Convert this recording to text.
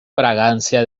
fragancia